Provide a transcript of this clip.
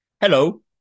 Hello